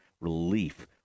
relief